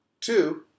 Two